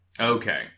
Okay